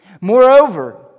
Moreover